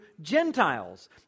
Gentiles